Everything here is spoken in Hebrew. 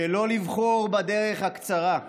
שלא לבחור בדרך הקצרה,